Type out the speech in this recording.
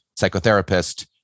psychotherapist